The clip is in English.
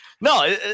No